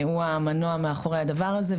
שהוא המנוע מאחורי הדבר הזה,